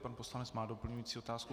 Pan poslanec má doplňující otázku.